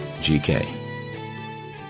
GK